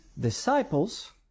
disciples